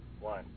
One